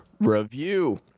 review